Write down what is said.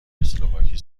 اسلواکی